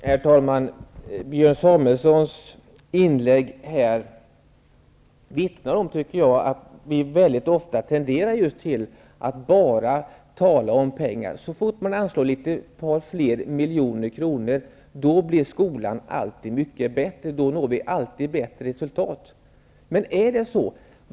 Herr talman! Björn Samuelsons inlägg vittnar om, tycker jag, att vi väldigt ofta tenderar just till att bara tala om pengar. Så fort man anslår fler miljoner blir skolan mycket bättre, då når vi alltid bättre resultat, heter det. Men är det så?